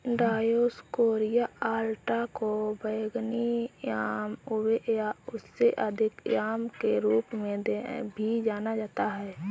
Dioscorea अलाटा को बैंगनी याम उबे या उससे अधिक याम के रूप में भी जाना जाता है